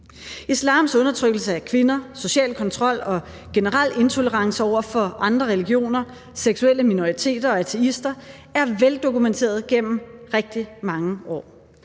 Islams undertrykkelse af kvinder, sociale kontrol og generelle intolerance over for andre religioner, seksuelle minoriteter og ateister er veldokumenterede gennem rigtig mange år.